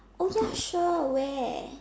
oh ya sure where